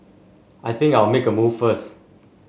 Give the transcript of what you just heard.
I think I'll make a move first